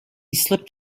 slipped